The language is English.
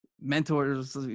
mentors